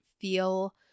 feel